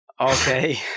Okay